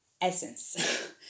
essence